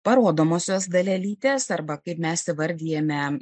parodomosios dalelytės arba kaip mes įvardijame